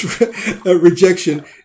rejection